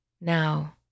now